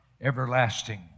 everlasting